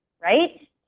Right